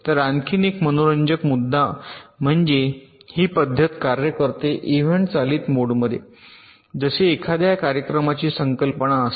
तर आणखी एक मनोरंजक मुद्दा म्हणजे ही पद्धत कार्य करते इव्हेंट चालित मोडमध्ये जसे एखाद्या कार्यक्रमाची संकल्पना असते